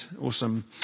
Awesome